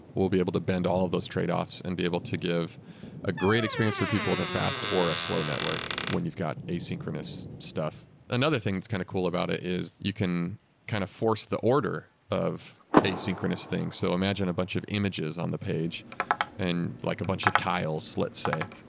we'll be able to bend all those trade-offs and be able to give a great experience for people with a fast or a slow network when you've got asynchronous stuff another thing that's kind of cool about it is you can kind of force the order of asynchronous things. so imagine a bunch of images on the page and like a bunch of tiles, let's say.